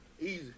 Easy